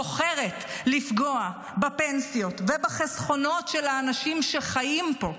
בוחרת לפגוע בפנסיות ובחסכונות של האנשים שחיים פה.